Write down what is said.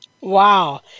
wow